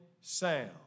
sound